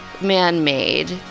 man-made